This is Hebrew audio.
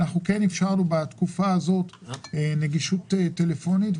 אפשרנו בתקופה של הקורונה נגישות טלפונית.